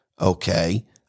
Okay